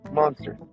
monster